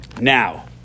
Now